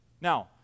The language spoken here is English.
Now